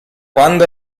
quando